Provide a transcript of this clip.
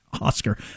Oscar